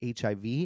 HIV